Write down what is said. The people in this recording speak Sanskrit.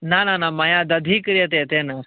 न न न मया दधि क्रियते तेन